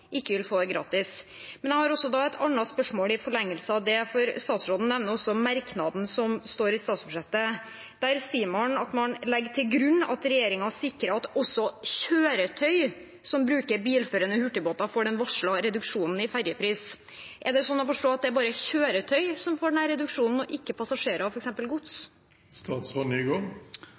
ikke vil få det gratis. Jeg har også et annet spørsmål i forlengelsen av det, for statsråden nevner også merknaden som står i statsbudsjettet. Der sier man at man legger til grunn at regjeringen sikrer at også kjøretøy som bruker bilførende hurtigbåter, får den varslede reduksjonen i fergepris. Er det sånn å forstå at det bare er kjøretøy som får den reduksjonen, og ikke